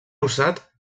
usat